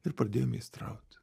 ir pradėjo meistraut